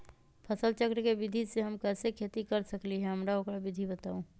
फसल चक्र के विधि से हम कैसे खेती कर सकलि ह हमरा ओकर विधि बताउ?